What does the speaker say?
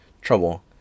trouble